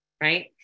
right